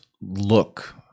look